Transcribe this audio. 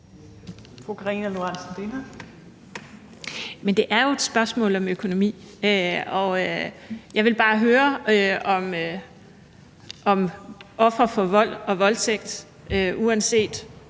det er jo et spørgsmål om økonomi, og jeg vil bare høre, om ofre for vold og voldtægt, uanset